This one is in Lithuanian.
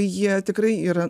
jie tikrai yra